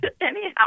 Anyhow